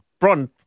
Bron